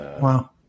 Wow